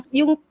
yung